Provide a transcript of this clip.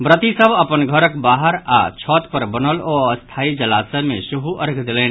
व्रती सभ अपन घरक बाहर आओर छत पर बनल अस्थाई जलाशय में सेहो अर्घ्य देलनि